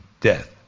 death